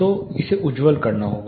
तो इसे उज्ज्वल करना होगा